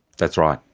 that's right.